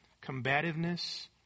combativeness